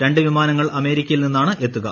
രണ്ട് വിമാനങ്ങൾ അമേരിക്കയിൽ നിന്നാണ് എത്തുക